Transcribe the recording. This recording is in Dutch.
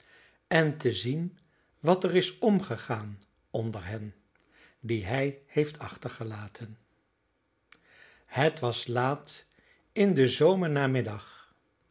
en te zien wat er is omgegaan onder hen die hij heeft achtergelaten het was laat in den